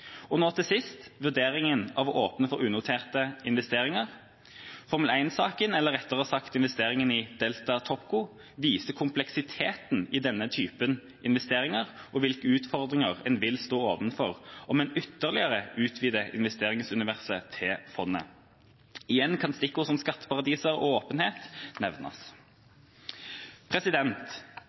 Og nå til sist – vurderinga av å åpne for unoterte investeringer. Formel 1-saken, eller rettere sagt investeringa i Delta Topco, viser kompleksiteten i denne typen investeringer og hvilke utfordringer en vil stå overfor om en ytterligere utvider investeringsuniverset til fondet. Igjen kan stikkord som skatteparadiser og åpenhet nevnes.